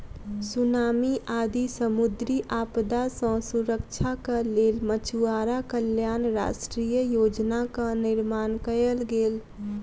tsunami आदि समुद्री आपदा सॅ सुरक्षाक लेल मछुआरा कल्याण राष्ट्रीय योजनाक निर्माण कयल गेल